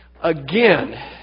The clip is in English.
again